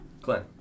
Glenn